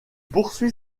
poursuit